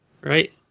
Right